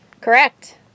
correct